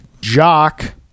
jock